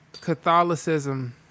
Catholicism